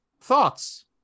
thoughts